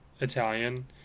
Italian